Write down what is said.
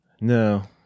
No